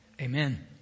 Amen